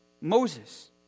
Moses